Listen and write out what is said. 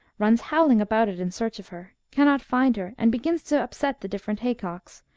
runs howling about it in search of her, cannot find her, and begins to upset the different haycocks,